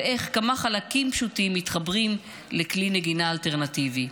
ואיך כמה חלקים פשוטים מתחברים לכלי נגינה אלטרנטיבי.